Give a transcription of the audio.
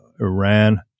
Iran